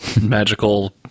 Magical